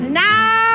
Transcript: now